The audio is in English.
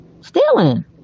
stealing